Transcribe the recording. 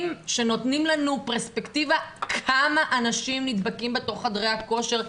שנותנים לנו פרספקטיבה כמה אנשים נדבקים בתוך חדרי הכושר,